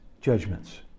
judgments